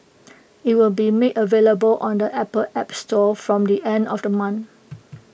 IT will be made available on the Apple app store from the end of the month